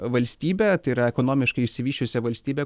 valstybe tai yra ekonomiškai išsivysčiusia valstybe